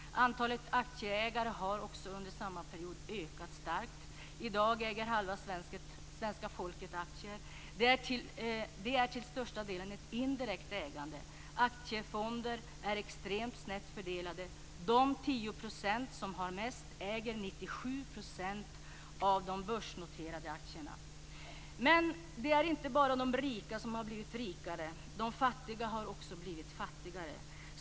Antalet aktieägare har under samma period också ökat kraftigt. I dag äger halva svenska folket aktier. Det är till största delen ett indirekt ägande. Aktieägandet är extremt snett fördelat. De Men det är inte bara de rika som har blivit rikare. De fattiga har också blivit fattigare.